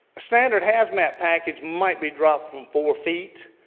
standard hazmat package might be dropped from four feet.